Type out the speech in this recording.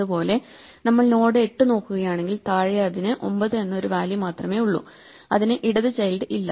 അതുപോലെ നമ്മൾ നോഡ് 8 നോക്കുകയാണെങ്കിൽ താഴെ അതിന് 9 എന്ന ഒരു വാല്യൂ മാത്രമേ ഉള്ളൂ അതിന് ഇടത് ചൈൽഡ് ഇല്ല